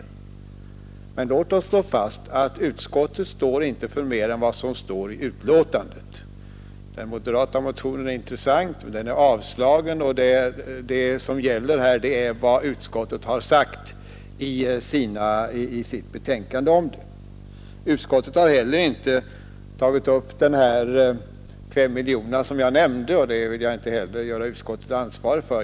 Låt oss emellertid slå fast att utskottet inte står för mer än vad som skrivits i betänkandet. Den moderata motionen är intressant, men den har avstyrkts och det som gäller är vad utskottet har sagt i sitt betänkande. Utskottet har heller inte tagit upp frågan om de 5 miljoner som jag nämnde, och det vill jag inte på något sätt göra utskottet ansvarigt för.